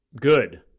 Good